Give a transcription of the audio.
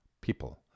people